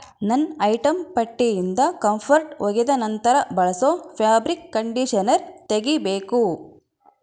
ನನ್ನ ಐಟಮ್ ಪಟ್ಟಿಯಿಂದ ಕಂಫರ್ಟ್ ಒಗೆದ ನಂತರ ಬಳಸೋ ಫ್ಯಾಬ್ರಿಕ್ ಕಂಡೀಷನರ್ ತೆಗಿಬೇಕು